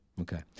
Okay